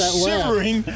shivering